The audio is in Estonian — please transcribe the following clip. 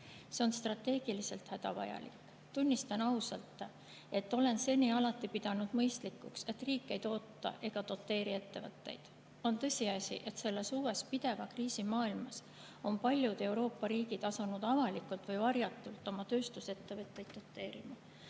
see on strateegiliselt hädavajalik. Tunnistan ausalt, et olen seni alati pidanud mõistlikuks, et riik ei toeta ega doteeri ettevõtteid. On aga tõsiasi, et selles uues pideva kriisi maailmas on paljud Euroopa riigid asunud avalikult või varjatult oma tööstusettevõtteid doteerima.